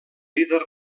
líder